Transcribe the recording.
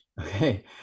Okay